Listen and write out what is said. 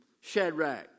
Shadrach